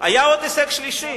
היה עוד הישג שלישי,